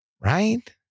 Right